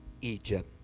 Egypt